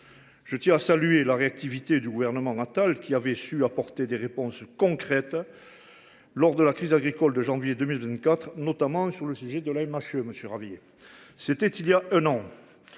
Je tiens à saluer la réactivité du gouvernement Attal, qui avait su apporter des réponses concrètes lors de la crise agricole de janvier 2024, notamment face à la maladie